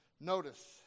Notice